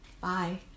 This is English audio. Bye